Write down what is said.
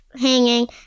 hanging